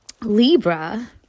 Libra